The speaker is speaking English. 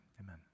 Amen